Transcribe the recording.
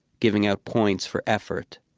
giving out points for effort.